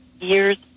years